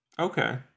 okay